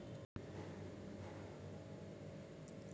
చదువుకోవడానికి లోన్ తీస్కుందాం అనుకుంటున్నా ఎడ్యుకేషన్ లోన్ ఎంత వస్తది?